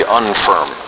unfirm